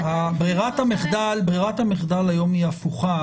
ברירת המחדל היום היא הפוכה.